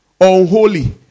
unholy